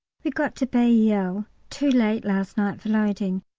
we got to bailleul too late last night for loading,